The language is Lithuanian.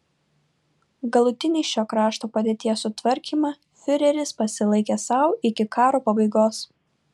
galutinį šio krašto padėties sutvarkymą fiureris pasilaikė sau iki karo pabaigos